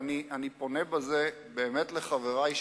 אני פונה בזה באמת לחברי,